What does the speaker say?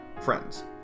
friends